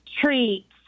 treats